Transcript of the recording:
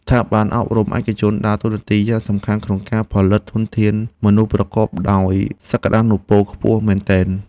ស្ថាប័នអប់រំឯកជនដើរតួនាទីយ៉ាងសំខាន់ក្នុងការផលិតធនធានមនុស្សប្រកបដោយសក្តានុពលខ្ពស់មែនទែន។